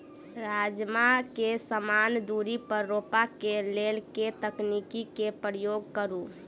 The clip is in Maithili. राजमा केँ समान दूरी पर रोपा केँ लेल केँ तकनीक केँ प्रयोग करू?